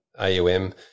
AUM